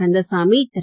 Kandasamy Thiru